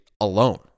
alone